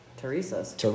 Teresa's